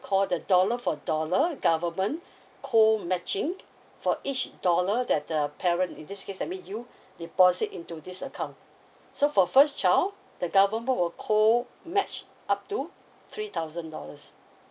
call the dollar for dollar government co matching for each dollar that the parent in this case that means you deposit into this account so for first child the government will co match up to three thousand dollars